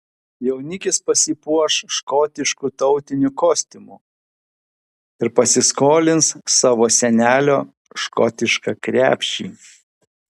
jaunikis pasipuoš škotišku tautiniu kostiumu ir pasiskolins savo senelio škotišką krepšį